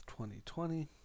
2020